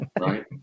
right